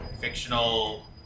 fictional